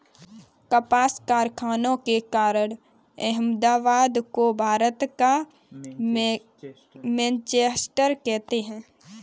कपास कारखानों के कारण अहमदाबाद को भारत का मैनचेस्टर कहते हैं